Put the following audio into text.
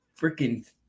freaking –